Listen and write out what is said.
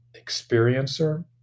experiencer